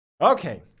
okay